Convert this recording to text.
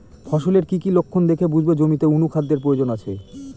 ফসলের কি কি লক্ষণ দেখে বুঝব জমিতে অনুখাদ্যের প্রয়োজন আছে?